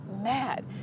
mad